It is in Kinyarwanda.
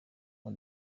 ubu